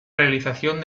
realización